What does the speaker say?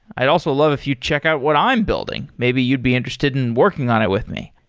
i'd also love if you check out what i'm building. maybe you'd be interested in working on it with me.